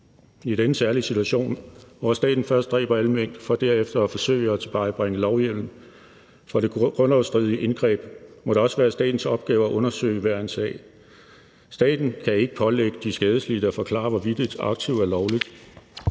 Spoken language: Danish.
I denne særlige situation, hvor staten først dræber alle mink for derefter at forsøge at tilvejebringe lovhjemmel for det grundlovsstridige indgreb, må det også være statens opgave at undersøge hver en sag. Staten skal ikke pålægge de skadelidte at forklare, hvorvidt et aktiv er lovligt.